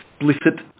explicit